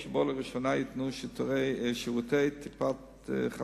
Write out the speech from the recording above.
שבו לראשונה יינתנו שירותי טיפת-חלב